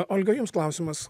olga jums klausimas